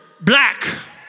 black